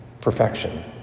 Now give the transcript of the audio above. perfection